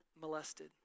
molested